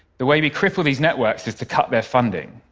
the way we cripple these networks is to cut their funding,